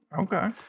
Okay